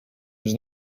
was